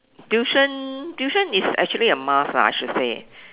tuition tuition is actually a must lah I should say